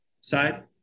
side